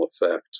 effect